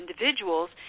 individuals